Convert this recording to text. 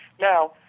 Now